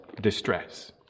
distress